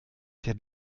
der